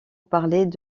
parlait